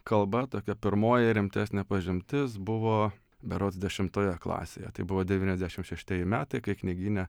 kalba tokia pirmoji rimtesnė pažintis buvo berods dešimtoje klasėje tai buvo devyniasdešim šeštieji metai kai knygyne